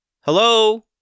Hello